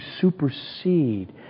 supersede